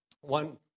One